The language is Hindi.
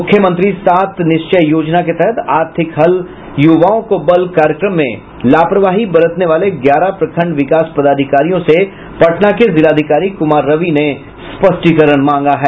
मुख्यमंत्री सात निश्चय योजना के तहत आर्थिक हल युवाओं को बल कार्यक्रम में लापरवाही बरतने वाले ग्यारह प्रखंड विकास पदाधिकारियों से पटना के जिलाधिकारी कुमार रवि ने स्पष्टीकरण मांगा है